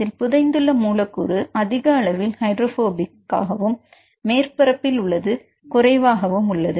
இதில் புதைந்துள்ள மூலக்கூறு அதிக அளவில் ஹைட்ரோபோபிக் மேற்பரப்பில் உள்ளது குறைவாக உள்ளது